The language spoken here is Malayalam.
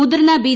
മുതിർന്ന ബി